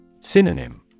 Synonym